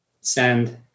send